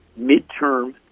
midterm